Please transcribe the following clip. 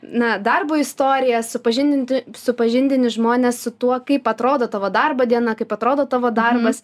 na darbo istorijas supažindinti supažindini žmones su tuo kaip atrodo tavo darbo diena kaip atrodo tavo darbas